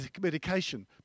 medication